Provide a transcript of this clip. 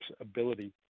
ability